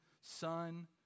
son